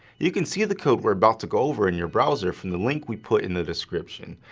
you can see the code we're about to go over in your browser from the link we put in the description,